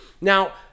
Now